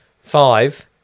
Five